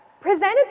presented